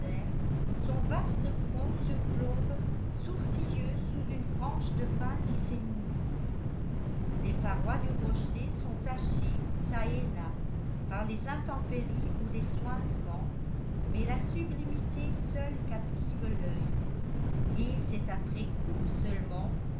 airs son vaste front surplombe sourcilleux sous une frange de pins disséminés les parois du rocher sont tachées çà et là par les intempéries ou les suintements mais la sublimité seule captive l'œil et c'est après coup seulement